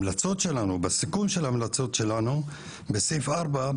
בסיכום של ההמלצות שלנו בסעיף 4,